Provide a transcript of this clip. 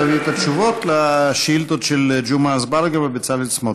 תביא את התשובות על השאילתות של ג'מעה אזברגה ובצלאל סמוטריץ.